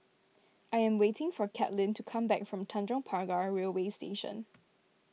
I am waiting for Katlyn to come back from Tanjong Pagar Railway Station